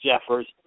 Jeffers